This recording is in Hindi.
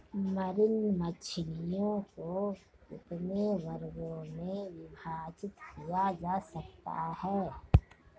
मरीन मछलियों को कितने वर्गों में विभाजित किया जा सकता है?